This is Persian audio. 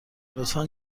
لطفا